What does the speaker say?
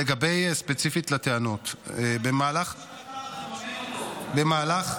אולי תבקשו מקטר לממן אותו.